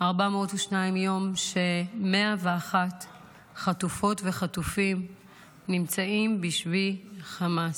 402 יום ש-101 חטופות וחטופים נמצאים בשבי חמאס.